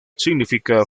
significa